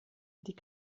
die